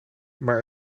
maar